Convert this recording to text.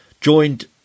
joined